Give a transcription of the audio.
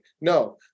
No